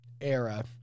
era